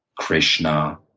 krishna,